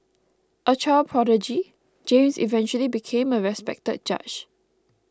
a child prodigy James eventually became a respected judge